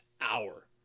hour